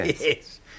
Yes